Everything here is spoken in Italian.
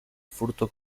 furto